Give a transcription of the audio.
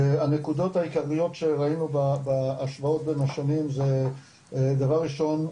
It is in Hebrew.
הנקודות העיקריות שראינו בהשוואות בין השנים זה דבר ראשון,